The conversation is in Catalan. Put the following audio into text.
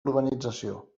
urbanització